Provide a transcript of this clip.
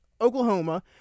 Oklahoma